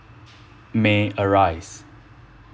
may arise